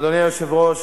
אדוני היושב-ראש,